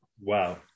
Wow